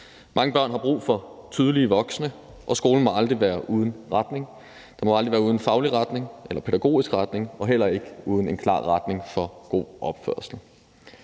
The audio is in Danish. Mange børn har brug for tydelige voksne, og skolen må aldrig være uden retning. Den må aldrig være uden faglig retning eller pædagogisk retning og heller ikke uden en klar retning for god opførsel.